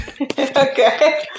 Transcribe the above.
Okay